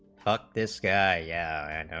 up this guy yeah